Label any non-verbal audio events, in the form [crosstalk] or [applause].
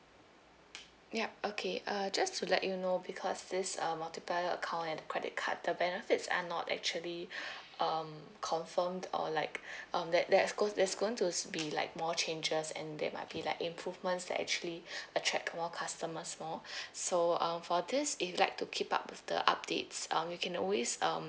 ya okay uh just to let you know because this uh multiplier account and credit card the benefits are not actually [breath] um confirmed or like [breath] um that that's goes there's going to be like more changes and there might be like improvements that actually [breath] attract more customers more [breath] so um for this if you'll like to keep up with the updates um you can always um